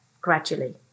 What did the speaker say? gradually